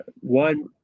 one